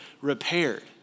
repaired